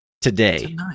today